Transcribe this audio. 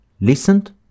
Listened